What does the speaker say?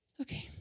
Okay